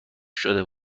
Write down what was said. شده